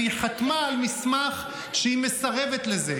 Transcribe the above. והיא חתמה על מסמך שהיא מסרבת לזה.